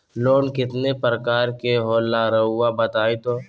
Loan कितने पारकर के होला रऊआ बताई तो?